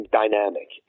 dynamic